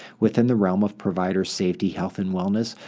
within the realm of provider safety, health, and wellness,